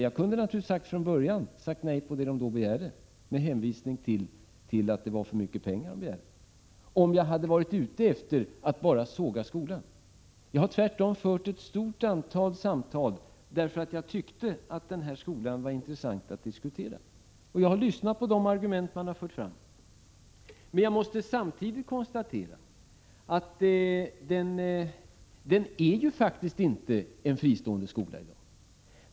Jag kunde naturligtvis ha sagt nej från början med hänvisning till att det var för mycket pengar man begärde, om jag hade varit ute efter att bara såga skolan, men jag har tvärtom fört ett stort antal samtal därför att jag tyckte att den här skolan var intressant att diskutera, och jag har lyssnat på de argument man har fört fram. Samtidigt måste jag konstatera att Höglandsskolan faktiskt inte är en fristående skola i dag.